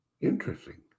Interesting